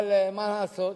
אבל מה לעשות,